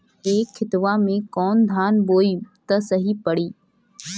ए खेतवा मे कवन धान बोइब त सही पड़ी?